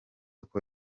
uko